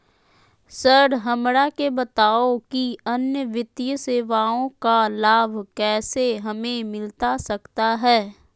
Sir हमरा के बताओ कि अन्य वित्तीय सेवाओं का लाभ कैसे हमें मिलता सकता है?